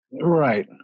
Right